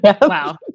Wow